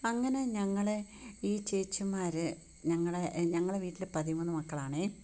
അങ്ങനെ ഞങ്ങളെ ഈ ചേച്ചിമാര് ഞങ്ങളെ ഞങ്ങളുടെ വീട്ടില് പതിമൂന്ന് മക്കളാണേ